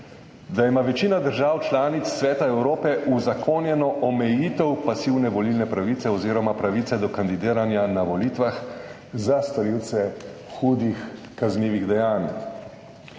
da ima večina držav članic Sveta Evrope uzakonjeno omejitev pasivne volilne pravice oziroma pravice do kandidiranja na volitvah za storilce hudih kaznivih dejanj.